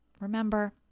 Remember